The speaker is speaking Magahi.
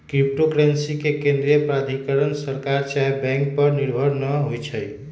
क्रिप्टो करेंसी के केंद्रीय प्राधिकरण सरकार चाहे बैंक पर निर्भर न होइ छइ